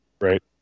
right